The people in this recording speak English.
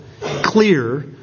clear